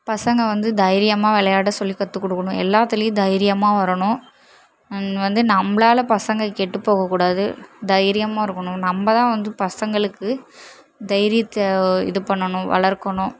பசங்க வந்து தைரியமாக விளையாட சொல்லி கற்றுக் கொடுக்குணும் எல்லாத்துளியும் தைரியமாக வரணும் வந்து நம்பளால் பசங்க கெட்டு போகக்கூடாது தைரியமாக இருக்கனும் நம்ப தான் வந்து பசங்களுக்கு தைரியத்தை இது பண்ணனும் வளர்க்கணும்